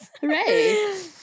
hooray